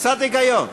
קצת היגיון.